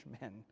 men